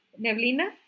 Neblina